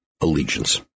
Allegiance